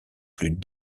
plus